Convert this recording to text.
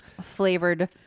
Flavored